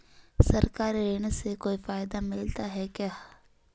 सरकारी ऋण से कोई फायदा मिलता है क्या?